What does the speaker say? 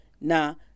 now